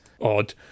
odd